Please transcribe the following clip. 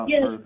Yes